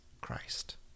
Christ